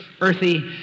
earthy